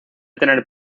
tener